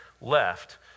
left